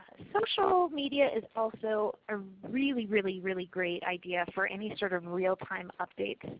social media is also a really, really, really great idea for any sort of real time updates. and